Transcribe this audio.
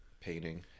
painting